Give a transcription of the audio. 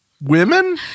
women